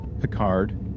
Picard